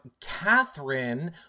Catherine